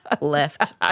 left